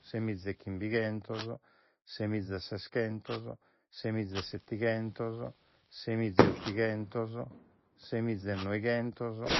Settemiza e chimbighentos settemiza e seschentos settemiza e settighentos settemiza e ottighentos settemiza e noighentos